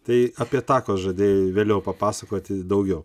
tai apie takos žadėjai vėliau papasakoti daugiau